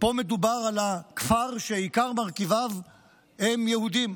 פה מדובר על הכפר שעיקר מרכיביו הם יהודים.